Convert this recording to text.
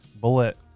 Bullet